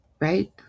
right